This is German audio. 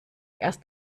erst